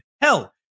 Hell